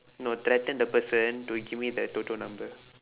no threaten the person to give me the toto number